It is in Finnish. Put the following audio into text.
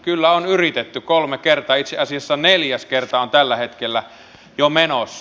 kyllä on yritetty kolme kertaa itse asiassa neljäs kerta on tällä hetkellä jo menossa